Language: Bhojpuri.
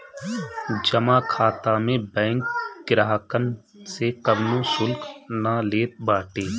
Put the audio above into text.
जमा खाता में बैंक ग्राहकन से कवनो शुल्क ना लेत बाटे